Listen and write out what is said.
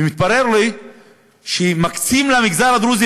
ומתברר לי שמקצים למגזר הדרוזי,